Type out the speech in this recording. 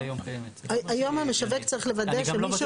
היום המשווק צריך לוודא שמי,